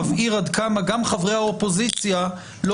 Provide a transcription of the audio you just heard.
מבהירות עד כמה גם חברי האופוזיציה לא